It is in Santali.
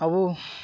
ᱟᱵᱩ